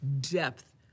depth